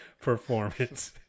performance